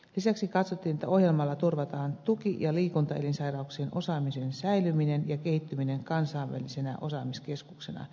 lisäksi katsottiin että ohjelmalla turvataan tuki ja liikuntaelinsairauksien osaamisen säilyminen ja kehittyminen kansainvälisenä osaamiskeskuksena ja niin edelleen